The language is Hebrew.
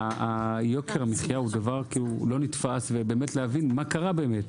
יוקר המחיה הוא דבר לא נתפס ולהבין מה קרה באמת,